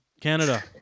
Canada